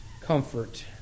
comfort